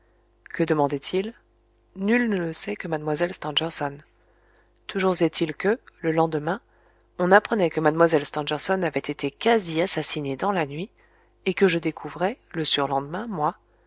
que demandait-il nul ne le sait que mlle stangerson toujours est-il que le lendemain on apprenait que mlle stangerson avait été quasi assassinée dans la nuit et que je découvrais le surlendemain moi